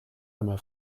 einmal